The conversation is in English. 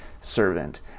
servant